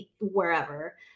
wherever